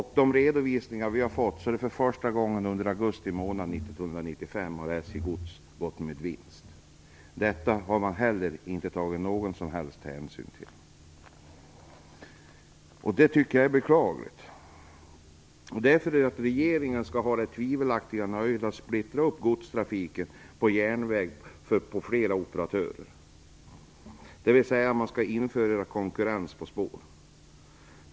Enligt de redovisningar SJ har lämnat har SJ Gods för första gången gått med vinst under augusti månad 1995. Detta har det inte tagits någon som helst hänsyn till. Jag tycker att detta är beklagligt. Man skall alltså införa konkurrens på spår.